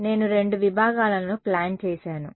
నేను రెండు విభాగాలను ప్లాన్ చేసాను